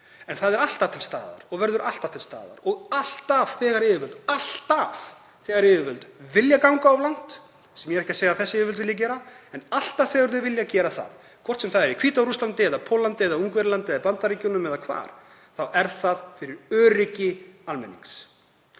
En það er alltaf til staðar og verður alltaf til staðar og alltaf — alltaf þegar yfirvöld vilja ganga of langt, sem ég er ekki að segja að þessi yfirvöld vilji gera, en alltaf þegar þau vilja gera það, hvort sem það er í Hvíta-Rússlandi eða Póllandi eða Ungverjalandi eða í Bandaríkjunum eða hvar sem er, þá er það vegna öryggis almennings.